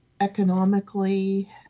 economically